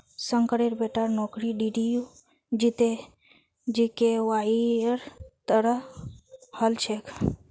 शंकरेर बेटार नौकरी डीडीयू जीकेवाईर तहत हल छेक